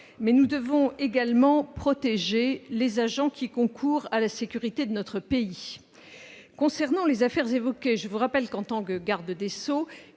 Mais nous devons également protéger les agents qui concourent à la sécurité de notre pays. Concernant les affaires évoquées, je vous rappelle que, en tant que garde des sceaux,